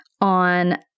on